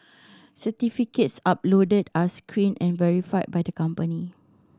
certificates uploaded are screened and verified by the company